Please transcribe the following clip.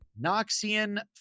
Noxian